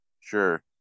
sure